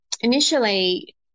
initially